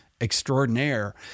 extraordinaire